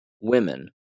women